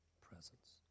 presence